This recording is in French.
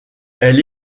elle